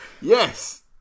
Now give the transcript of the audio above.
Yes